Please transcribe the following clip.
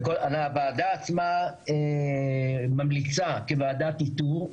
הרי הוועדה עצמה ממליצה כוועדת איתור,